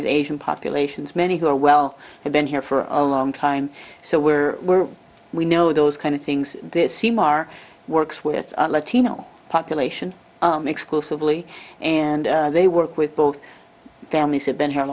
with asian populations many who are well have been here for a long time so we're we're we know those kind of things this seem are works with the latino population exclusively and they work with both families have been here a